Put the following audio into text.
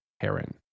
heron